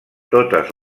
totes